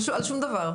על שום דבר.